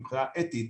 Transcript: מבחינה אתית,